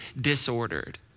disordered